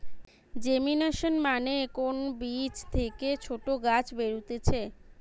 germination মানে কোন বীজ থেকে ছোট গাছ বেরুতিছে